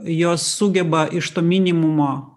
jos sugeba iš to minimumo